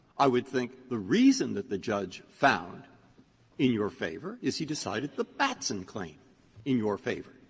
i would think the reason that the judge found in your favor is he decided the batson claim in your favor.